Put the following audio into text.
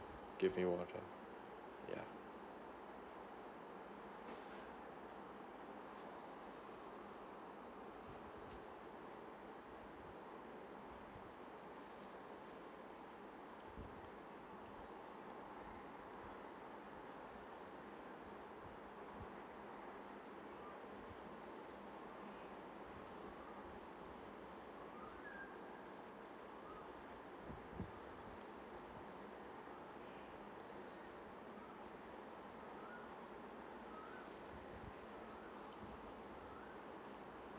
give me water yeah